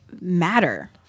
matter